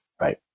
Right